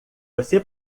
você